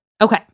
Okay